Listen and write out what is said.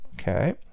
okay